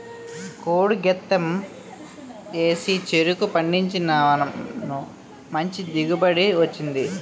కోడి గెత్తెం ఏసి చెరుకు పండించినాను మంచి దిగుబడి వచ్చింది